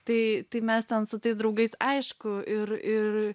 tai tai mes ten su tais draugais aišku ir ir